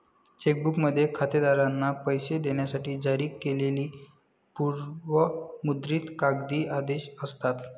check बुकमध्ये खातेधारकांना पैसे देण्यासाठी जारी केलेली पूर्व मुद्रित कागदी आदेश असतात